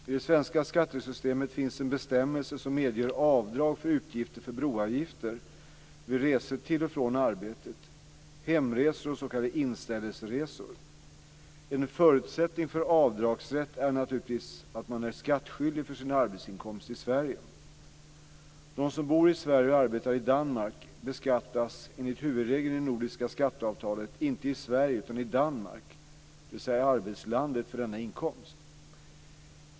I det svenska skattesystemet finns en bestämmelse som medger avdrag för utgifter för broavgifter vid resor till och från arbetet, hemresor och s.k. inställelseresor. En förutsättning för avdragsrätt är naturligtvis att man är skattskyldig för sin arbetsinkomst i Sverige. De som bor i Sverige och arbetar i Danmark beskattas, enligt huvudregeln i det nordiska skatteavtalet, inte i Sverige utan i Danmark, dvs. arbetslandet, för denna inkomst.